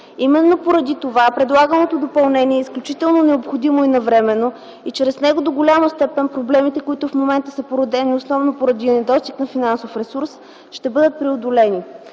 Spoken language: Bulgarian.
Именно поради това предлаганото допълнение е изключително необходимо и навременно и чрез него до голяма степен проблемите, които в момента са породени основно поради недостиг на финансов ресурс, ще бъдат преодолени.